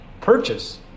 purchase